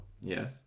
yes